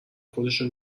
خودشو